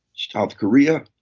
south korea,